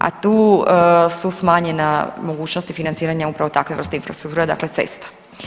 A tu su smanjena mogućnosti financiranja upravo takve vrste infrastruktura, dakle cesta.